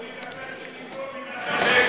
הוא מתהפך בקברו,